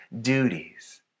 duties